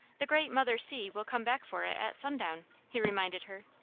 the great mother-sea will come back for it at sundown, he reminded her.